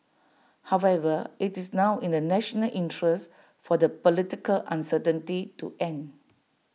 however IT is now in the national interest for the political uncertainty to end